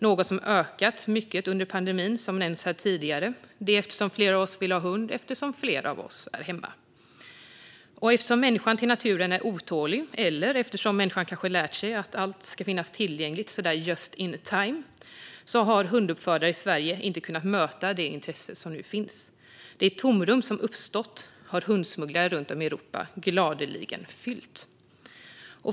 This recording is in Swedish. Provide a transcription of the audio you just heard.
Som nämnts här tidigare är det något som har ökat mycket under pandemin, detta eftersom fler av oss vill ha hund då fler av oss är hemma mer. Och eftersom människan till naturen är otålig, eller eftersom människan kanske har lärt sig att allt ska finnas tillgängligt just in time, har hunduppfödare i Sverige inte kunnat möta det intresse som nu finns. Det tomrum som uppstått har hundsmugglare runt om i Europa gladeligen fyllt.